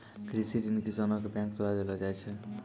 कृषि ऋण किसानो के बैंक द्वारा देलो जाय छै